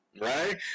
Right